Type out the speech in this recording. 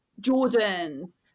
jordans